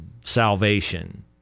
salvation